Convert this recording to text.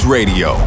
Radio